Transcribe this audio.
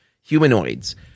Humanoids